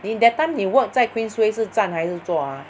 你 that time 你 work 在 Queensway 是站还是坐 ah